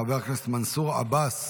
חבר הכנסת מנסור עבאס.